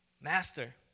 master